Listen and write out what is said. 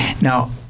Now